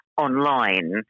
online